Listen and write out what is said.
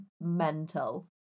mental